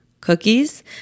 Cookies